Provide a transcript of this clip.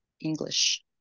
English